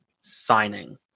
signing